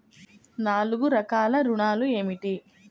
నాలుగు రకాల ఋణాలు ఏమిటీ?